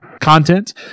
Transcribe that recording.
content